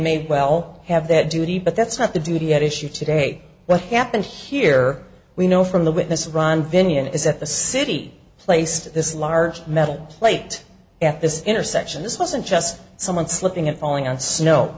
may well have that duty but that's not the duty at issue today what happened here we know from the witness ron binion is that the city placed this large metal plate at this intersection this wasn't just someone slipping and falling on sno